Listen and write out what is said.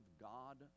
god